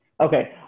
Okay